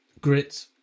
grit